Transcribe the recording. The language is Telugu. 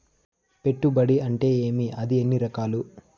పెట్టుబడి అంటే ఏమి అది ఎన్ని రకాలు